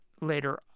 later